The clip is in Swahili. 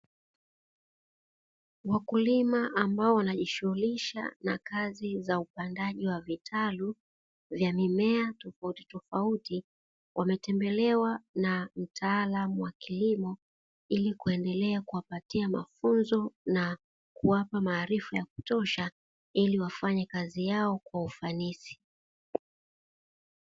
Wakulima ambao wanajishughulisha na kazi za upandaji wa vitalu vya mimea tofautitofauti, wametembelewa na mtaalamu wa kilimo ili kuendelea kuwapatia mafunzo na kuwapa maarifa ya kutosha, ili wafanye kazi yao kwa ufanisi.